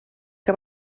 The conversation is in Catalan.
que